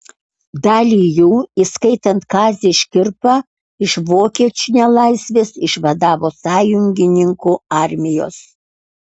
dalį jų įskaitant kazį škirpą iš vokiečių nelaisvės išvadavo sąjungininkų armijos